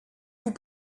vous